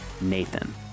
Nathan